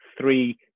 three